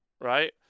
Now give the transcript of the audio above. right